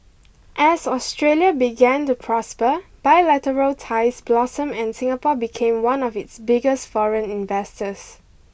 as Australia began to prosper bilateral ties blossomed and Singapore became one of its biggest foreign investors